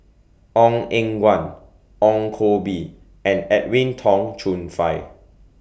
Ong Eng Guan Ong Koh Bee and Edwin Tong Chun Fai